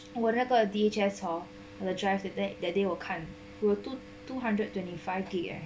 我那个 D_H_S hor the drive that that that day 我看有 two two hundred twenty five G_B leh